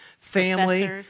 family